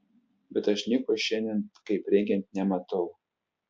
bet aš nieko šiandien kaip reikiant nematau